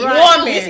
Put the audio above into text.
woman